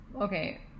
Okay